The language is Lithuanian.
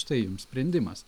štai jums sprendimas